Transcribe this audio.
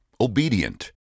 obedient